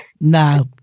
no